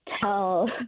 tell